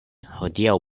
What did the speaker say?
hodiaŭ